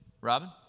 Robin